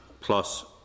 plus